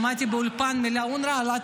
שמעתי באולפן את המילה אונר"א,